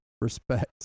respect